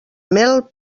mel